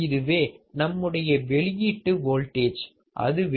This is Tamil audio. இதுவே நம்முடைய வெளியீட்டு வோல்டேஜ் அதுவே 1 R2 R1